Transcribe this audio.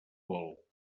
vol